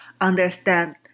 understand